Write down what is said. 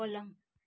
पलङ